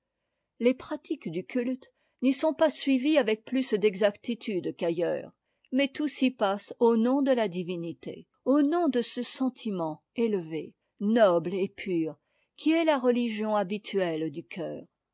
les pratiques du culte n'y sont pas suivies avec plus d'exactitude qu'ailleurs mais tout s'y passe au nom de la divinité au nom de ce sentiment élevé noble et pur qui est la religion habituelle du cœur